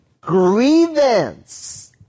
Grievance